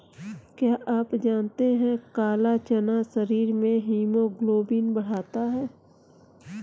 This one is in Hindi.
क्या आप जानते है काला चना शरीर में हीमोग्लोबिन बढ़ाता है?